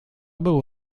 był